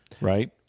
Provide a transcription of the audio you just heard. right